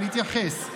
רגע, אני אתייחס.